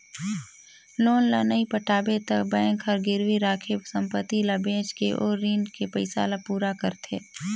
loan ल नइ पटाबे त बेंक हर गिरवी राखे संपति ल बेचके ओ रीन के पइसा ल पूरा करथे